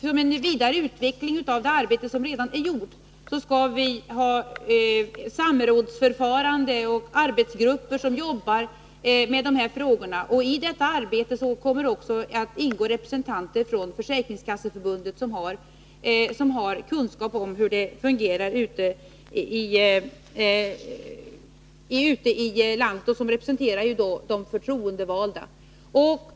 Som en vidare utveckling av det arbete som redan är gjort skall vi ha samrådsförfarande och arbetsgrupper som jobbar med de här frågorna. I detta arbete kommer det också att ingå representanter från Försäkringskasseförbundet, vilka företräder de förtroendevalda och som har kunskap om hur verksamheten fungerar ute i landet.